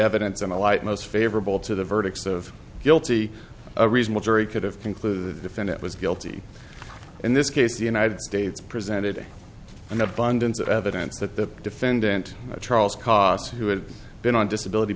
evidence in the light most favorable to the verdicts of guilty a reasonable jury could have concluded defendant was guilty in this case the united states presented an abundance of evidence that the defendant charles kos who had been on disability